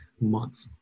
month